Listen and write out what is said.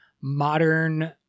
modern